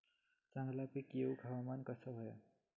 चांगला पीक येऊक हवामान कसा होया?